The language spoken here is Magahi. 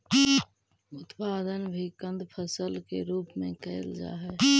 उत्पादन भी कंद फसल के रूप में कैल जा हइ